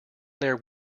there